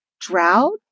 drought